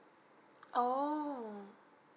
oh